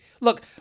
look